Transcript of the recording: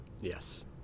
Yes